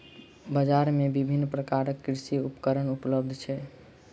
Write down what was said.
बजार में विभिन्न प्रकारक कृषि उपकरण उपलब्ध छल